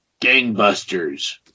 Gangbusters